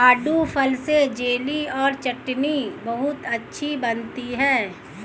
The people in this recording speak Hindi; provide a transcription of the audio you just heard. आड़ू फल से जेली और चटनी बहुत अच्छी बनती है